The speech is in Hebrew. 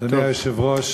אדוני היושב-ראש,